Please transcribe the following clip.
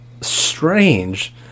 strange